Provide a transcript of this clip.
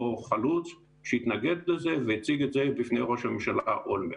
חלוץ שהתנגד לזה והציג את זה בפני ראש הממשלה אולמרט,